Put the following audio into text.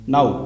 Now